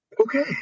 Okay